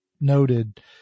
noted